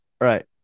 Right